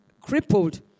crippled